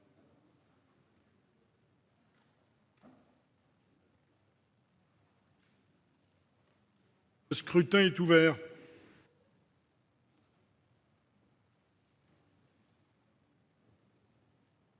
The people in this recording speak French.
Le scrutin est ouvert.